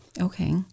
Okay